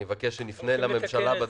אני מבקש שנפנה לממשלה.